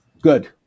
Good